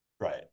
Right